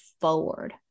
forward